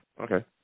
Okay